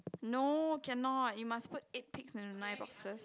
no cannot you must put eight pigs into nine boxes